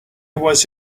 was